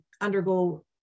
Undergo